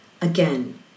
again